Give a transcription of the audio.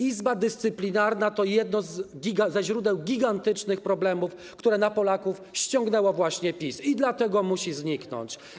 Izba Dyscyplinarna to jedno ze źródeł gigantycznych problemów, które na Polaków ściągnęło właśnie PiS, dlatego musi zniknąć.